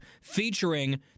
featuring